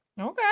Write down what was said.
Okay